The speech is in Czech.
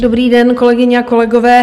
Dobrý den, kolegyně a kolegové.